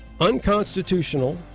unconstitutional